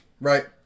right